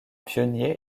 pionnier